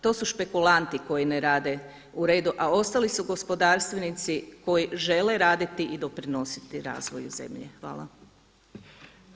To su špekulanti koji ne rade u redu, a ostali su gospodarstvenici koji žele raditi i doprinositi razvoju zemlje.